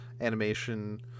animation